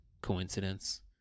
coincidence